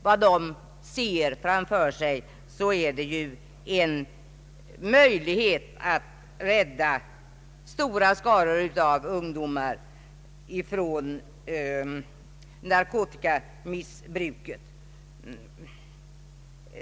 Vad de ser framför sig är de möjligheter som borde ges alla för att rädda stora skaror av ungdomar från narkotikamissbruk.